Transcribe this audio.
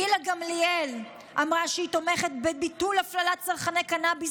גילה גמליאל אמרה שהיא תומכת בביטול הפללת צרכני קנביס